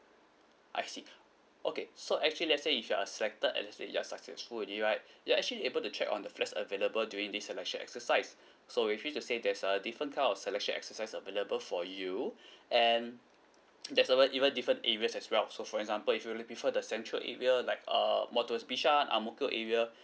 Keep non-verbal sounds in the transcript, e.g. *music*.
I see okay so actually let's say if you are selected and say you're successful you are you're actually able to check on the flats available during this selection exercise so we're free to say there's a different kind of selection exercise available for you *breath* and *noise* there's over even different areas as well so for example if you're looking for the central area like err more towards bishan and ang mo kio area